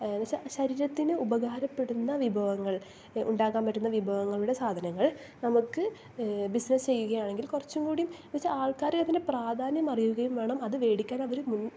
എന്നു വെച്ചൽ ശരീരത്തിന് ഉപകാരപ്പെടുന്ന വിഭവങ്ങൾ ഉണ്ടാക്കാൻ പറ്റുന്ന വിഭവങ്ങളുടെ സാധനങ്ങൾ നമുക്ക് ബിസിനസ്സ് ചെയ്യുകയാണെങ്കിൽ കുറച്ചുംകൂടി എന്നു വെച്ചാൽ ആൾക്കാർ അതിൻറെ പ്രാധാന്യം അറിയുകയും വേണം അത് വേടിക്കാൻ അവർ മു